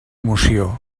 moció